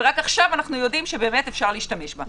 ורק עכשיו אנחנו יודעים שאפשר להשתמש בה,